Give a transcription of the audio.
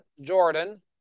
Jordan